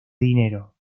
dinero